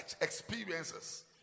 experiences